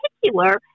particular